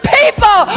people